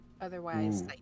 otherwise